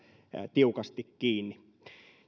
tiukasti kiinni